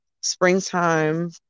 springtime